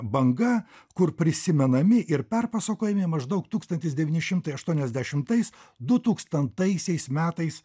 banga kur prisimenami ir perpasakojami maždaug tūkstantis devyni šimtai aštuoniasdešimtais du tūkstantaisiais metais